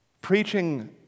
preaching